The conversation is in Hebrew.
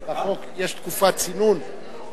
כן.